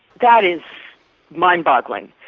that is mind boggling.